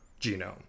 genome